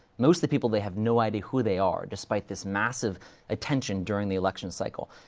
most of the people, they have no idea who they are, despite this massive attention during the election cycle.